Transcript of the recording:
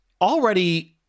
already